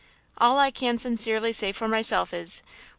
all i can sincerely say for myself is,